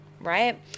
right